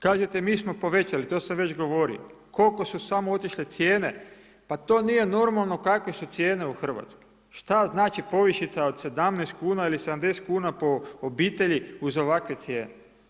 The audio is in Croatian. Kažete mi smo povećali, to sam već govorio, koliko su samo otišle cijene pa to nije normalno kakve su cijene u Hrvatskoj. šta znači povišica od 17 kuna ili 70 kuna po obitelji uz ovakve cijene?